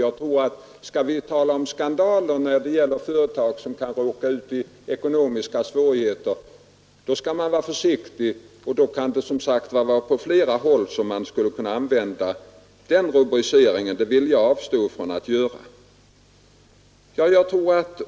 Skall man tala om skandaler när det huvud taget inte varit ett problem. Men nu är det så att vissa bostadsföretag har drabbats mycket hårt. Jag tycker det är bra, herr gäller företag som råkar i ekonomiska svårigheter, så är man oförsiktig. Rubriceringen kan då användas på många håll, och det vill jag avstå från att göra.